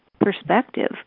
perspective